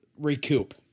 recoup